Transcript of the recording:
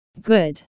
good